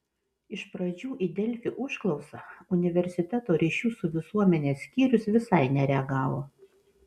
iš pradžių į delfi užklausą universiteto ryšių su visuomene skyrius visai nereagavo